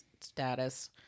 status